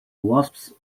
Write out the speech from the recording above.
wasps